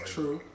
True